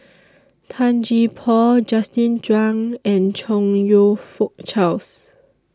Tan Gee Paw Justin Zhuang and Chong YOU Fook Charles